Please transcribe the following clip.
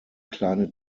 kleine